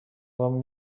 گـم